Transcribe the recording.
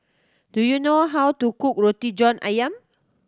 do you know how to cook Roti John Ayam